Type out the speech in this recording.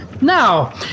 Now